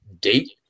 date